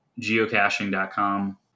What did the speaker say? geocaching.com